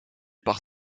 par